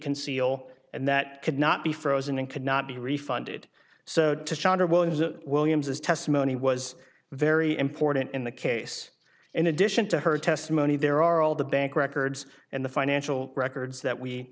conceal and that could not be frozen and could not be refunded so williams his testimony was very important in the case in addition to her testimony there are all the bank records and the financial records that we